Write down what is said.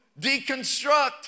deconstruct